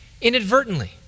inadvertently